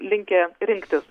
linkę rinktis